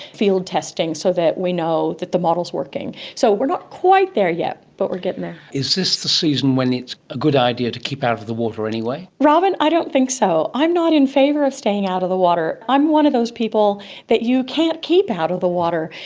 field testing, so that we know that the model is working. so we're not quite there yet, but we are getting there. is this the season when it's a good idea to keep out of the water anyway? robyn, i don't think so. i'm not in favour of staying out of the water. i'm one of those people that you can't keep out of the water,